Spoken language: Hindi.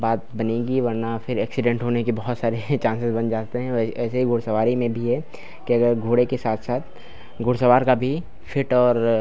बात बनेगी वर्ना फिर एक्शीडेन्ट होने के बहुत सारे चांसेज बन जाते हैं वही ऐसे ही घुड़सवारी में भी है कि अगर घोड़े के साथ साथ घुड़सवार का भी फ़िट और